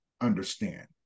understand